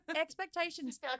expectations